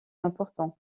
important